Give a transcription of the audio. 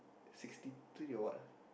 sixty three or what